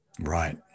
Right